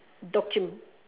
dog chimp